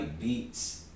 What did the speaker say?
beats